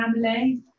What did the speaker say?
family